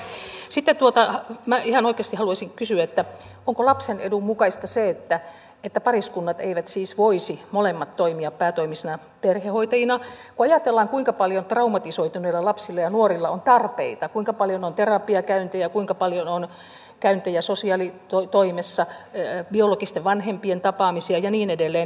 sitten minä ihan oikeasti haluaisin kysyä että onko lapsen edun mukaista se että pariskunnasta molemmat eivät voisi toimia päätoimisina perhehoitajina kun ajatellaan kuinka paljon traumatisoituneilla lapsilla ja nuorilla on tarpeita kuinka paljon on terapiakäyntejä kuinka paljon on käyntejä sosiaalitoimessa biologisten vanhempien tapaamisia ja niin edelleen